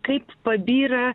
kaip pabyra